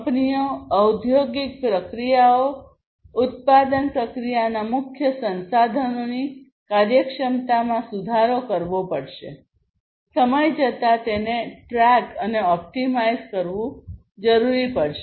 કંપનીઓ ઔદ્યોગિક પ્રક્રિયાઓ ઉત્પાદન પ્રક્રિયાના મુખ્ય સંસાધનોની કાર્યક્ષમતામાં સુધારો કરવો પડશે સમય જતાં તેમને ટ્રેક અને ઓપ્ટિમાઇઝ કરવું પડશે